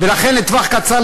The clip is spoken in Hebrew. לכן לטווח קצר,